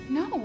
no